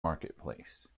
marketplace